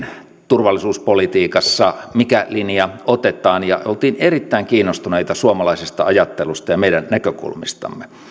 turvallisuuspolitiikassa että mikä linja otetaan ja oltiin erittäin kiinnostuneita suomalaisesta ajattelusta ja meidän näkökulmistamme